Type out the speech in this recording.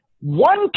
one